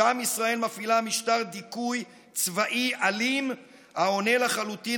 שם ישראל מפעילה משטר דיכוי צבאי אלים העונה לחלוטין